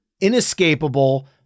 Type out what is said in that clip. inescapable